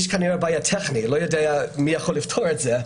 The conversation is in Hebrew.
יש כנראה בעיה טכנית שאני לא יודע מי יכול לפתור אותה.